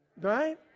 Right